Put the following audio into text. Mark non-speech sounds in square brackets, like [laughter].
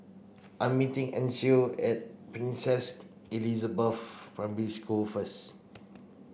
I meeting Ancil at Princess Elizabeth [unintelligible] Primary School first